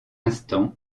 instant